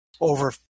over